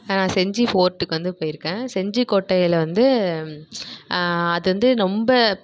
நான் செஞ்சி ஃபோர்ட்டுக்கு வந்து போய்ருக்கேன் செஞ்சிக் கோட்டையில் வந்து அது வந்து ரொம்ப